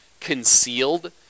concealed